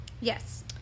yes